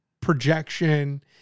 projection